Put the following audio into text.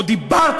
אגב,